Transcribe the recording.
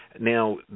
Now